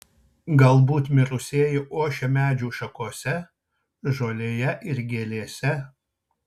galbūt mirusieji ošia medžių šakose žolėje ir gėlėse